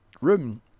room